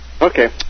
Okay